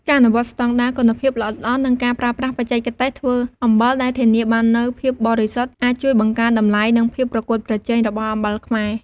ការអនុវត្តស្តង់ដារគុណភាពល្អិតល្អន់ និងការប្រើប្រាស់បច្ចេកទេសធ្វើអំបិលដែលធានាបាននូវភាពបរិសុទ្ធ អាចជួយបង្កើនតម្លៃ និងភាពប្រកួតប្រជែងរបស់អំបិលខ្មែរ។